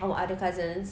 our other cousins